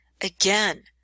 Again